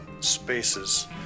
Spaces